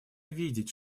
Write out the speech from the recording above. видеть